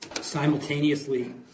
simultaneously